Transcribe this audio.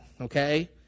okay